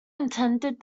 intended